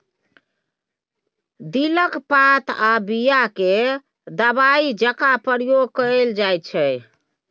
दिलक पात आ बीया केँ दबाइ जकाँ प्रयोग कएल जाइत छै